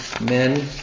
men